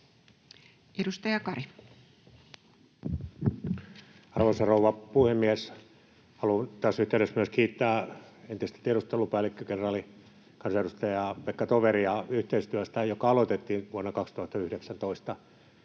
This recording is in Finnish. Content: Arvoisa rouva puhemies! Haluan tässä yhteydessä myös kiittää entistä tiedustelupäällikköä, kenraalikansanedustaja Pekka Toveria yhteistyöstä, joka aloitettiin vuonna 2019